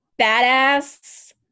badass